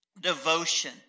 devotion